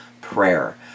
prayer